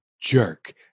jerk